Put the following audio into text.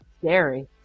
scary